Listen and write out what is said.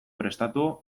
prestatu